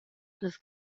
das